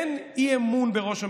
אין אי-אמון בראש ממשלה,